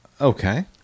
Okay